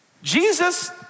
Jesus